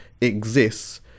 exists